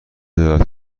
دارد